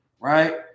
right